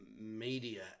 media